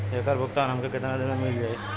ऐकर भुगतान हमके कितना दिन में मील जाई?